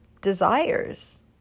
desires